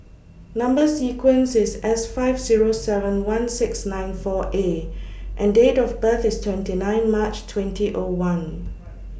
Number sequence IS S five Zero seven one six nine four A and Date of birth IS twenty nine March twenty O one